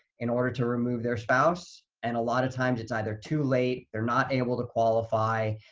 in order to remove their spouse. and a lot of times it's either too late, they're not able to qualify.